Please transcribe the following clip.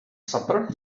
supper